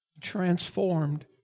transformed